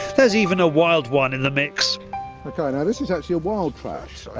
there's even a wild one in the mix. like ah now this is actually a wild trout.